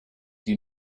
you